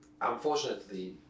unfortunately